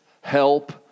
help